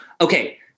Okay